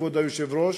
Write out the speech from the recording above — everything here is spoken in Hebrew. כבוד היושב-ראש,